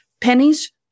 pennies